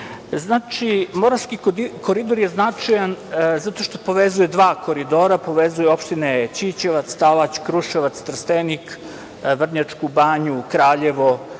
investicija. Moravski koridor je značajan zato što povezuje dva koridora, povezuje opštine Ćićevac, Stalać, Kruševac, Trstenik, Vrnjačku Banju, Kraljevo